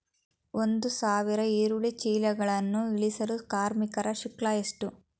ಒಂದು ಸಾವಿರ ಈರುಳ್ಳಿ ಚೀಲಗಳನ್ನು ಇಳಿಸಲು ಕಾರ್ಮಿಕರ ಶುಲ್ಕ ಎಷ್ಟು?